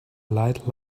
light